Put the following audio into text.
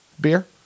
Beer